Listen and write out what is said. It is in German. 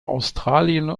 australien